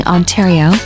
Ontario